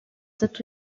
cet